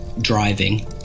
driving